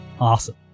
Awesome